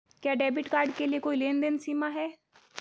क्या debit card के लिए कोई लेनदेन सीमा है?